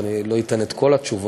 אז אני לא אתן את התשובות,